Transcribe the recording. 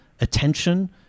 attention